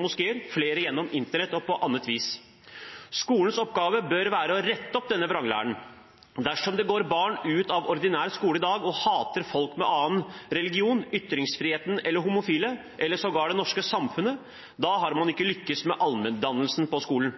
moskeer, flere gjennom internett og på annet vis. Skolens oppgave bør være å rette opp denne vranglæren. Dersom det går barn ut av ordinær skole i dag og hater folk med en annen religion, ytringsfriheten eller homofile, eller sågar det norske samfunnet, da har man ikke lykkes med allmenndannelsen på skolen.